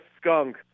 skunk